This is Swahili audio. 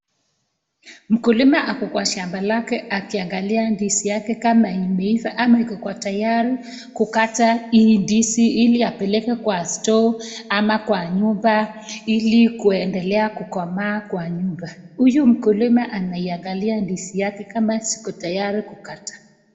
Mkulima ako kwa shamba lake akiangalia ndizi yake kama imeiva ama iko tayari kukata hii ndizi ili apeleke kwa store ama kwa nyumba ili kuendelea kukomaa kwa nyumba. Huyu mkulima anaiangalia ndizi yake kama ziko tayari kukata.